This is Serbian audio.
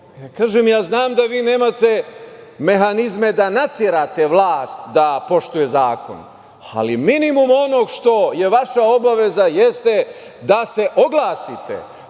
ja znam da vi nemate mehanizme da naterate vlast da poštuje zakon, ali minimum onog što je vaša obaveza jeste da se oglasite,